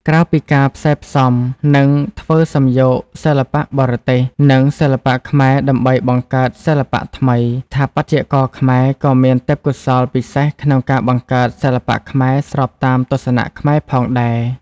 ក្រៅពីការផ្សែផ្សំ និងធ្វើសំយោគសិល្បៈបរទេស និងសិល្បៈខ្មែរដើម្បីបង្កើតសិល្បៈថ្មី ស្ថាបត្យករខ្មែរក៏មានទេពកោសល្យពិសេសក្នុងការបង្កើតសិល្បៈខ្មែរស្របតាមទស្សនៈខ្មែរផងដែរ។